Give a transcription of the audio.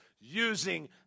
using